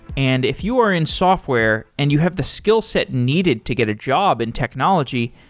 and if you were in software and you have the skillset needed to get a job in technology,